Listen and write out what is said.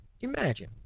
Imagine